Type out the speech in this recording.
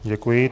Děkuji.